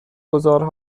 گذار